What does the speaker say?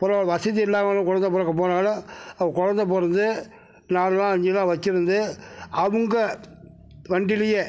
பரவாயில்ல வசதி இல்லாதவங்க குழந்த பிறக்க போனாலே அவங் குழந்த பிறந்து நாலு நாள் அஞ்சு நாள் வச்சுருந்து அவங்க வண்டிலேயே